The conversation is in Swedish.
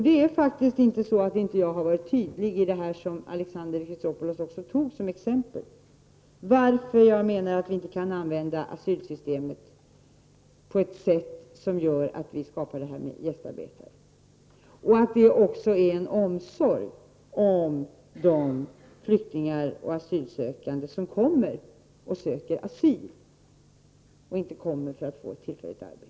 Det är faktiskt inte så, att jag inte har varit tydlig. Jag menar att vi inte kan använda asylsystemet på ett sådant sätt att vi skapar utrymme för gästarbete. Vidare handlar det om omsorg om de flyktingar och asylsökande som kommer hit för att söka asyl, inte för att få ett tillfälligt arbete.